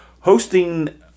Hosting